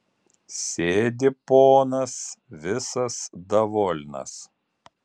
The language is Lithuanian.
sėdi ponas visas davolnas